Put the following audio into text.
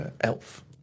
elf